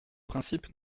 principe